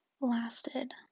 lasted